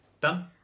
Done